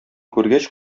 күргәч